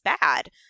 bad